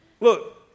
Look